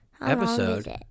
episode